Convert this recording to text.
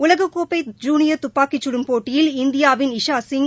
உலகக்கோப்பை ஜூனியர் துப்பாக்கிச் கடும் போட்டியில் இந்தியாவின் இஷா சிங்